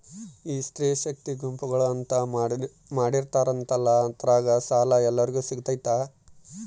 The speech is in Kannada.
ಈ ಸ್ತ್ರೇ ಶಕ್ತಿ ಗುಂಪುಗಳು ಅಂತ ಮಾಡಿರ್ತಾರಂತಲ ಅದ್ರಾಗ ಸಾಲ ಎಲ್ಲರಿಗೂ ಸಿಗತೈತಾ?